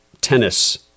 tennis